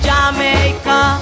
Jamaica